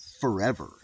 forever